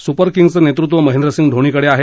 सुपरकिंग्जचं नेतृत्व महेंद्रसिंग धोनीकडे आहे